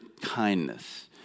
kindness